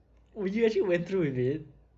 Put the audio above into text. oh you actually went through with it